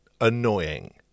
annoying